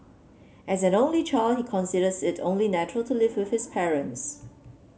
as an only child he considers it only natural to live with his parents